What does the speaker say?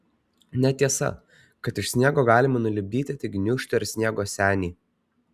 netiesa kad iš sniego galima nulipdyti tik gniūžtę ar sniego senį